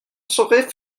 sauraient